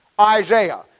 Isaiah